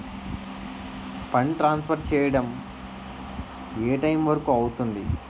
Fund transfer చేయడం ఏ time వరుకు అవుతుంది?